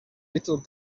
little